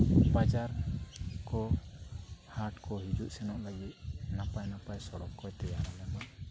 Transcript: ᱵᱟᱡᱟᱨᱠᱚ ᱦᱟᱴᱠᱚ ᱦᱤᱡᱩᱜᱼᱥᱮᱱᱚᱜ ᱞᱟᱹᱜᱤᱫ ᱱᱟᱯᱟᱭᱼᱱᱟᱯᱟᱭ ᱥᱚᱲᱚᱠ ᱠᱚ ᱛᱮᱭᱟᱨ ᱟᱞᱮᱢᱟ